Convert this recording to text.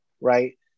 right